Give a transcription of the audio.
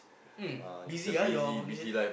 um busy ah your vocation